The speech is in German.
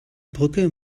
brücke